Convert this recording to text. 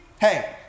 Hey